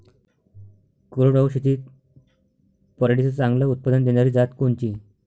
कोरडवाहू शेतीत पराटीचं चांगलं उत्पादन देनारी जात कोनची?